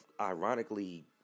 ironically